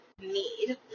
need